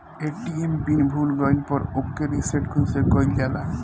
ATM pin भूल गईल पर ओके रीसेट कइसे कइल जाला?